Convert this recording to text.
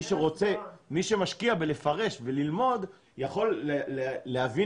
מי שמשקיע בלפרש וללמוד יכול להבין